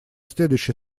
следующий